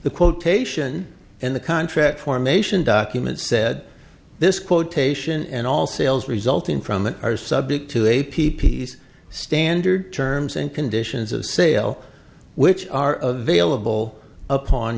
the quotation in the contract formation documents said this quotation and all sales resulting from that are subject to a p p s standard terms and conditions of sale which are available upon